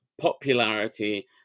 popularity